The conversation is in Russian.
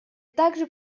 также